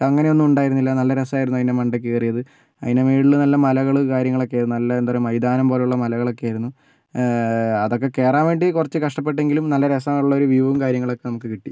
അപ്പം അങ്ങനെയൊന്നും ഉണ്ടായിരുന്നില്ല നല്ല രസമായിരുന്നു അതിൻ്റെ മണ്ടക്ക് കയറിയത് അതിൻ്റെ മുകളില് നല്ല മലകള് കാര്യങ്ങള് ഒക്കെ ആയിരുന്നു നല്ല എന്താ പറയുക മൈതാനം പോലുള്ള മലകളൊക്കെയായിരുന്നു അതൊക്കെ കയറാൻ വേണ്ടി കുറച്ച് കഷ്ടപ്പെട്ടെങ്കിലും നല്ല രസമുള്ള ഒരു വ്യൂവും കാര്യങ്ങളും ഒക്കെ നമുക്ക് കിട്ടി